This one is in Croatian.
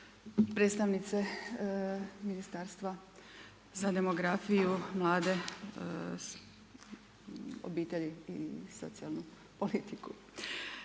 predstavnice ministarstva za demografiju, mlade, obitelji i socijalnu politiku.